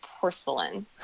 porcelain